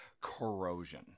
Corrosion